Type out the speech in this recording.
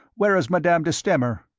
where is madame de stamer?